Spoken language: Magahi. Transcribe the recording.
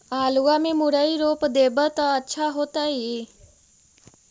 आलुआ में मुरई रोप देबई त अच्छा होतई?